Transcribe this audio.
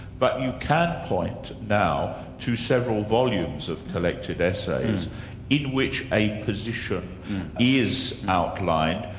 but you can point now to several volumes of collected essays in which a position is outlined,